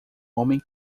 homem